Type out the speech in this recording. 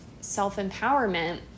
self-empowerment